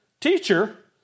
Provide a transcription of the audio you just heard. teacher